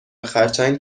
خرچنگ